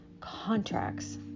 contracts